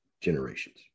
generations